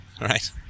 right